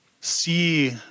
see